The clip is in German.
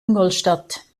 ingolstadt